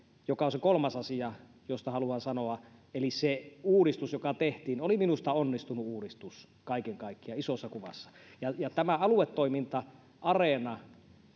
joka on se kolmas asia josta haluan sanoa eli se uudistus joka tehtiin oli minusta onnistunut uudistus kaiken kaikkiaan isossa kuvassa tämä aluetoiminta ja areena